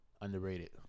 underrated